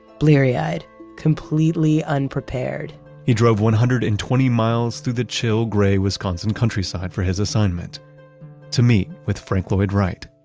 bleary-eyed completely unprepared he drove one hundred and twenty miles through the chill gray wisconsin countryside for his assignment to meet with frank lloyd wright